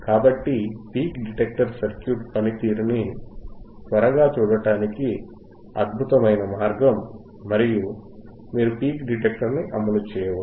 కాబట్టి peak detector circuit పనితీరుని త్వరగా చూడటానికి అద్భుతమైన మార్గం మరియు మీరు పీక్ డిటెక్టర్ ని అమలు చేయవచ్చు